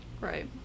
right